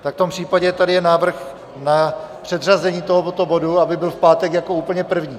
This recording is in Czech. Tak v tom případě tady je návrh na předřazení tohoto bodu, aby byl v pátek jako úplně první.